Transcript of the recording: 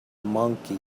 monkey